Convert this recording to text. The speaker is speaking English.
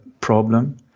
problem